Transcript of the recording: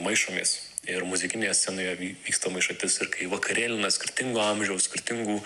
maišomės ir muzikinėje scenoje vy vyksta maišatis ir kai vakarėlina skirtingo amžiaus skirtingų